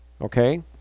Okay